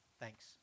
Thanks